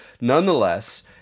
Nonetheless